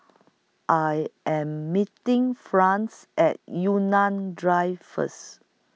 I Am meeting France At Yunnan Drive First